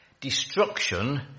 Destruction